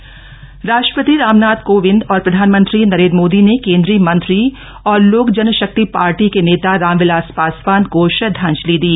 पासवान निधन राष्ट्रपति रामनाथ कोविंद और प्रधानमंत्री नरेन्द्र मोदी ने केन्द्रीय मंत्री और लोक जनशक्ति पार्टी के नेता रामबिलास पासवान को श्रदधांजलि दी